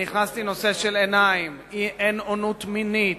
אני הכנסתי נושא של עיניים, אין-אונות מינית,